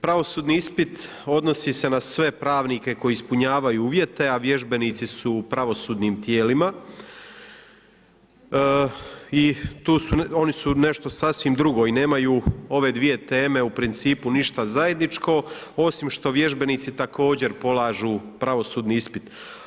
Pravosudni ispit odnosi se na sve pravnike koji ispunjavaju uvjete, a vježbenici su u pravosudnim tijelima i oni su nešto sasvim drugo i nemaju ove dvije teme u principu ništa zajedničko, osim što vježbenici također polažu pravosudni ispit.